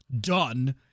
done